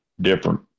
different